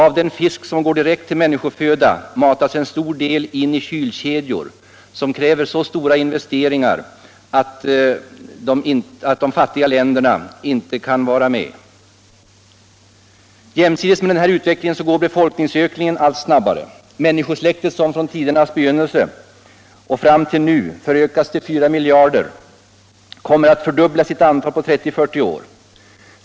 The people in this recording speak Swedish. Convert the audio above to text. Av den fisk som går direkt till människoföda matas en stor del in i kvlkedjor, som kräver så stora investeringar att de fattiga länderna inte kan vara med. Jämsides med denna utveckling går befolkningsökningen allt snabbare. Människosläktet, som från tidernas begynnelse och fram till nu förökats till fyra miljarder, kommer att fördubbla sitt antal på 3040 år.